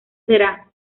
será